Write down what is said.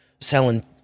selling